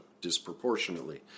disproportionately